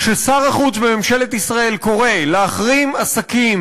כששר החוץ בממשלת ישראל קורא להחרים עסקים